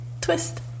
Twist